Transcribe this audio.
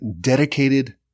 dedicated